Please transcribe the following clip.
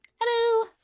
Hello